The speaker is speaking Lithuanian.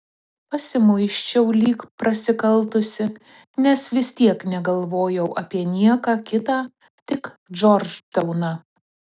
pasimuisčiau lyg prasikaltusi nes vis tiek negalvojau apie nieką kitą tik džordžtauną